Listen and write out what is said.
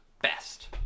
best